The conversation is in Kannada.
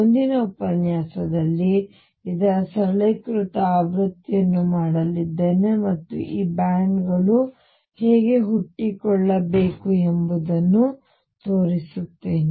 ಮುಂದಿನ ಉಪನ್ಯಾಸದಲ್ಲಿ ನಾನು ಇದರ ಸರಳೀಕೃತ ಆವೃತ್ತಿಯನ್ನು ಮಾಡಲಿದ್ದೇನೆ ಮತ್ತು ಈ ಬ್ಯಾಂಡ್ಗಳು ಹೇಗೆ ಹುಟ್ಟಿಕೊಳ್ಳಬೇಕು ಎಂಬುದನ್ನು ತೋರಿಸುತ್ತೇನೆ